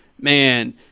man